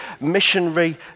missionary